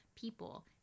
people